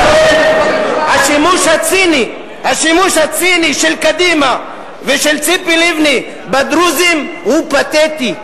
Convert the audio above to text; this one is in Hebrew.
לכן השימוש הציני של קדימה ושל ציפי לבני בדרוזים הוא פתטי.